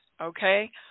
okay